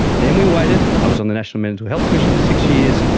then we waited. i was on the national mental health commission for six years,